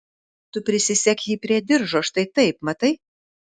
tu prisisek jį prie diržo štai taip matai